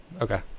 Okay